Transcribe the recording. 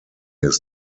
his